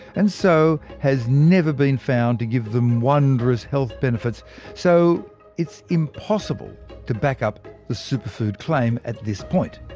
and so, has never been found to give them wondrous health benefits so it's impossible to back up the superfood claim at this point.